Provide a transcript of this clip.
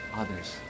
others